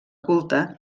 culte